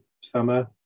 summer